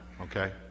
okay